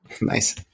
Nice